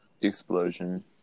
explosion